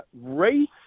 race